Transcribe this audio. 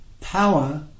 power